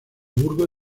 burgo